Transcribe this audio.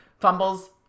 fumbles